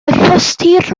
rhostir